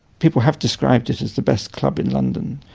people have described it as the best club in london.